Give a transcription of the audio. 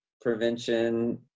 prevention